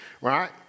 right